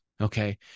Okay